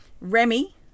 Remy